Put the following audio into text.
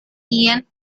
ian